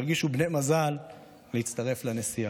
שהרגישו בני מזל להצטרף לנסיעה.